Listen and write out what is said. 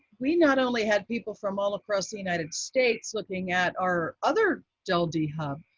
we not only had people from all across the united states looking at our other deldhub,